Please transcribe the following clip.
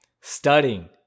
studying